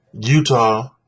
Utah